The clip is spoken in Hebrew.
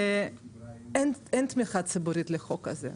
אין תמיכה ציבורית לחוק הזה.